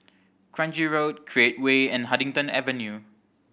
Kranji Road Create Way and Huddington Avenue